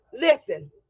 listen